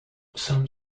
some